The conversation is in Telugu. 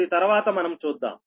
అది తర్వాత మనం చూద్దాం